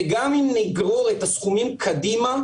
וגם אם נגרור את הסכומים קדימה,